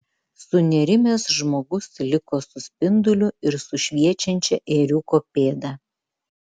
sunerimęs žmogus liko su spinduliu ir su šviečiančia ėriuko pėda